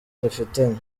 dufitanye